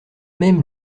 même